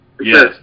Yes